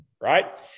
right